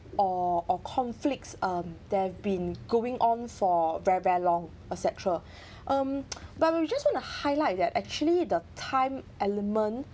or or conflicts um they've been going on for very very long et cetera um but we just highlight that actually the time element